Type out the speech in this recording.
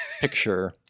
picture